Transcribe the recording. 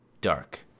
dark